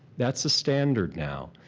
that's the standard now.